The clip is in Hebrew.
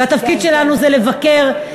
והתפקיד שלנו זה לבקר,